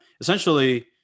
Essentially